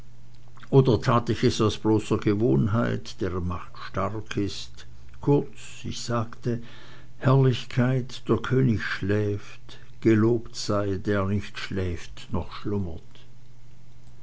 oder tat ich es aus bloßer gewohnheit deren macht stark ist kurz ich sagte herrlichkeit der könig schläft gelobt sei der nicht schläft noch schlummert